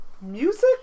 Music